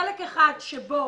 חלק אחד שבו